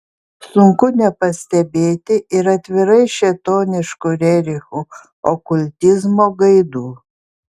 sunku nepastebėti ir atvirai šėtoniškų rerichų okultizmo gaidų